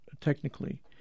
technically